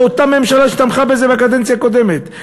זאת אותה ממשלה שתמכה בזה בקדנציה הקודמת,